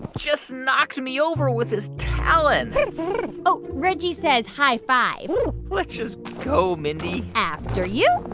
just knocked me over with his talon oh, reggie says high five let's just go, mindy after you.